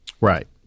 Right